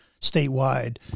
statewide